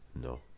No